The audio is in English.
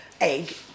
egg